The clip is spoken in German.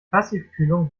passivkühlung